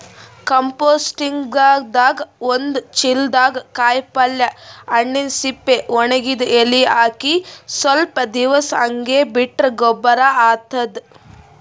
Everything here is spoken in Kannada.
ಕಂಪೋಸ್ಟಿಂಗ್ದಾಗ್ ಒಂದ್ ಚಿಲ್ದಾಗ್ ಕಾಯಿಪಲ್ಯ ಹಣ್ಣಿನ್ ಸಿಪ್ಪಿ ವಣಗಿದ್ ಎಲಿ ಹಾಕಿ ಸ್ವಲ್ಪ್ ದಿವ್ಸ್ ಹಂಗೆ ಬಿಟ್ರ್ ಗೊಬ್ಬರ್ ಆತದ್